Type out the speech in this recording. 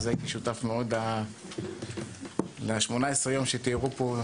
אז הייתי שותף מאוד לשמונה עשרה יום שתיארו פה.